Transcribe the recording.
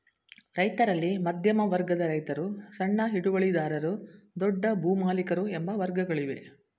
ರೈತರಲ್ಲಿ ಮಧ್ಯಮ ವರ್ಗದ ರೈತರು, ಸಣ್ಣ ಹಿಡುವಳಿದಾರರು, ದೊಡ್ಡ ಭೂಮಾಲಿಕರು ಎಂಬ ವರ್ಗಗಳಿವೆ